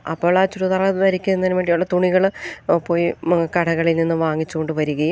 അപ്പോഴാ ചുരിദാറ് ധരിക്കുന്നതിന് വേണ്ടിയുള്ള തുണികൾ പോയി കടകളിൽ നിന്നും വാങ്ങിച്ചു കൊണ്ട് വരികയും